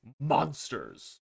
monsters